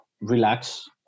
relax